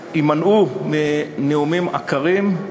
הימנעו מנאומים עקרים,